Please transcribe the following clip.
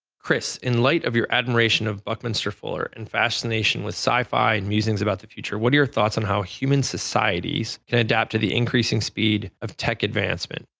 chris, in light of your admiration of buckminster fuller and fascination with sci-fi and musings about the future, what are your thoughts on how human societies can adapt to the increasing speed of tech advancement.